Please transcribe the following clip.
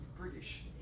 British